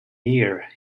year